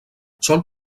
sol